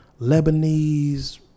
Lebanese